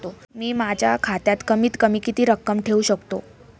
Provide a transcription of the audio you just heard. मी माझ्या खात्यात कमीत कमी किती रक्कम ठेऊ शकतो?